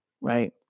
right